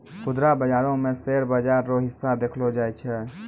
खुदरा बाजारो मे शेयर बाजार रो हिस्सा देखलो जाय छै